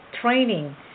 training